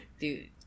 Dude